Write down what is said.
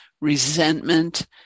resentment